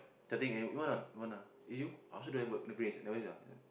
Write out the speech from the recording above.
tempting eh you want or not you want or not you you I also don't have a place you have place or not